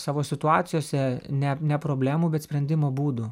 savo situacijose net ne problemų bet sprendimo būdų pragiedrulių